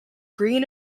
green